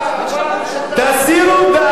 תסירו דאגה